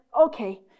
Okay